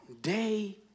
day